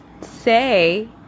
say